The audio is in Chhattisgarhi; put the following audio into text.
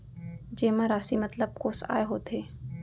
जेमा राशि मतलब कोस आय होथे?